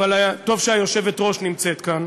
אבל טוב שהיושבת-ראש נמצאת כאן,